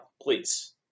please